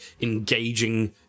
engaging